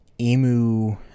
Emu